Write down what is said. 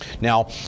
Now